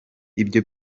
ibyo